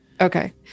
Okay